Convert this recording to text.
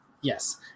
Yes